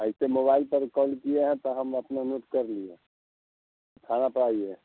ऐसे मोबाइल पर कॉल किए हैं तो हम अपना म्यूट कर लिए थाने पर आइए